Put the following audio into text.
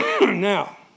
Now